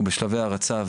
הוא בשלבי הרצה.